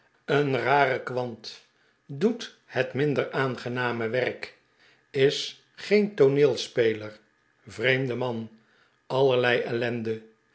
een rare kwant doet het minder aangename werk is geen tooneelspeler vreemde man allerlei ellende